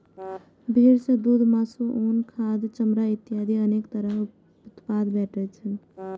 भेड़ सं दूघ, मासु, उन, खाद, चमड़ा इत्यादि अनेक तरह उत्पाद भेटै छै